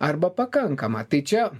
arba pakankama tai čia